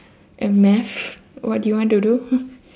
and math what do you want to do